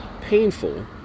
painful